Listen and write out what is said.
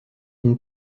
une